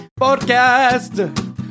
Podcast